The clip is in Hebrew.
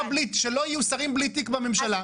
שלא יהיו שרים בלי תיק בממשלה.